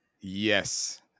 Yes